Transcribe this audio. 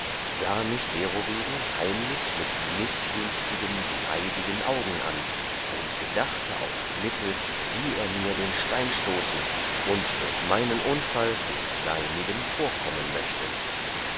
sahe mich derowegen heimlich mit mißgünstigen neidigen augen an und gedachte auf mittel wie er mir den stein stoßen und durch meinen unfall dem seinigen vorkommen möchte